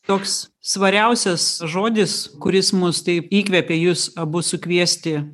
toks svariausias žodis kuris mus taip įkvėpė jus abu sukviesti